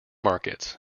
markets